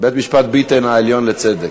בית-משפט ביטן העליון לצדק.